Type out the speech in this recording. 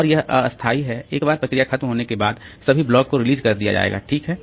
और यह अस्थायी है एक बार प्रक्रिया खत्म होने के बाद सभी ब्लॉकों को रिलीज कर दिया जाएगा ठीक है